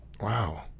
Wow